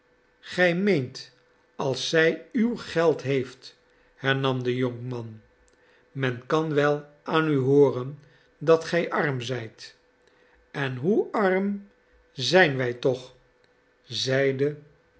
gij meent als zij uw geld heeft hernam de jonkman men kan wel aan u hooren dat gij arm zijt en hoe arm zijn wij toch zeide